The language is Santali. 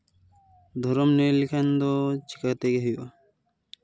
ᱫᱷᱚᱨᱚᱢ ᱞᱟᱹᱭ ᱞᱮᱠᱷᱟᱱ ᱫᱚ ᱪᱮᱠᱟᱛᱮ ᱦᱩᱭᱩᱜᱼᱟ